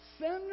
Send